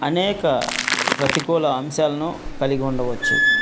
అనేక ప్రతికూల అంశాలను కలిగి ఉండవచ్చు